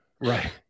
Right